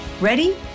Ready